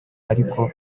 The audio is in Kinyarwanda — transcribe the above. ariko